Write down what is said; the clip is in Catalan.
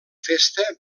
festa